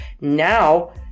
Now